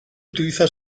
utiliza